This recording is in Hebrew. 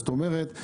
זאת אומרת,